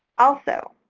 also,